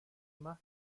más